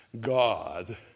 God